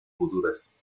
futuras